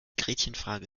gretchenfrage